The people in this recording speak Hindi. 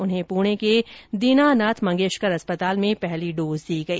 उन्हें पुणे के दीनानाथ मंगेशकर अस्पताल में पहली डोज दी गई